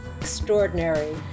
extraordinary